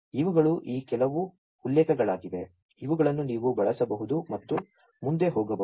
ಇವುಗಳು ಈ ಕೆಲವು ಉಲ್ಲೇಖಗಳಾಗಿವೆ ಇವುಗಳನ್ನು ನೀವು ಬಳಸಬಹುದು ಮತ್ತು ಮುಂದೆ ಹೋಗಬಹುದು